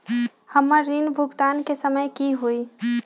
हमर ऋण भुगतान के समय कि होई?